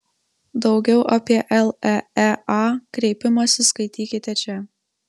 daugiau apie leea kreipimąsi skaitykite čia